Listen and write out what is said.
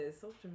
social